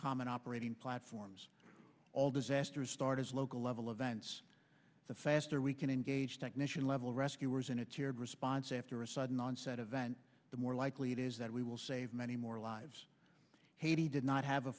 common operating platforms all disasters start as local level of events the faster we can engage technician level rescuers in a cheered response after a sudden onset of then the more likely it is that we will save many more lives haiti did not have a